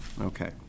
Okay